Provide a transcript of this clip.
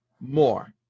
more